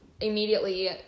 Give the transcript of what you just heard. immediately